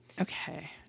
Okay